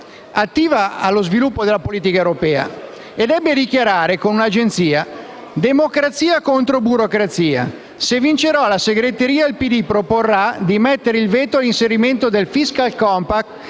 attiva allo sviluppo della politica europea. Egli ebbe a dichiarare a un'agenzia: «Democrazia contro burocrazia. Se vincerà la segreteria, il PD proporrà di mettere il veto all'inserimento del *fiscal compact*